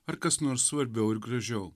ar kas nors svarbiau ir gražiau